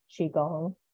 qigong